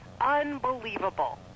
unbelievable